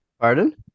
pardon